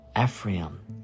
Ephraim